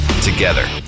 Together